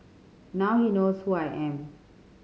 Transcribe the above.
now he knows who I am